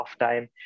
halftime